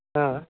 हा